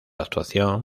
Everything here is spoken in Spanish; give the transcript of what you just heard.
actuación